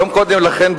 יום קודם לכן,